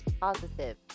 positive